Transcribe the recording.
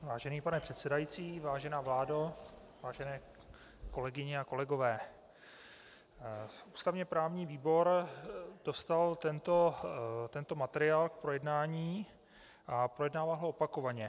Vážený pane předsedající, vážená vládo, vážené kolegyně a kolegové, ústavněprávní výbor dostal tento materiál k projednání a projednával ho opakovaně.